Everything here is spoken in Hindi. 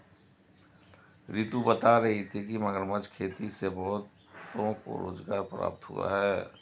रितु बता रही थी कि मगरमच्छ खेती से बहुतों को रोजगार प्राप्त हुआ है